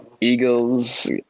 Eagles